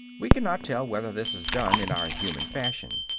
we cannot tell whether this is done in our human fashion.